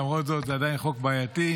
למרות זאת זה חוק בעייתי.